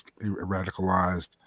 radicalized